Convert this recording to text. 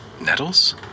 Nettles